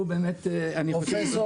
אבא שלך הוא פרופסור